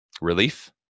Relief